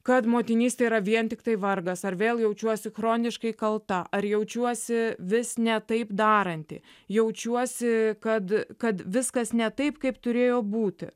kad motinystė yra vien tiktai vargas ar vėl jaučiuosi chroniškai kalta ar jaučiuosi vis ne taip daranti jaučiuosi kad kad viskas ne taip kaip turėjo būti